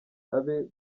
abe